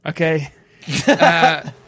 Okay